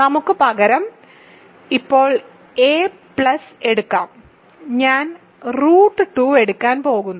നമുക്ക് പകരം ഇപ്പോൾ a എടുക്കാം ഞാൻ റൂട്ട് 2 എടുക്കാൻ പോകുന്നു